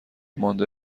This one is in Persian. مانده